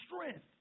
strength